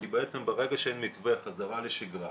כי ברגע שאין מתווה חזרה לשגרה,